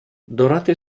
durante